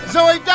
Zoe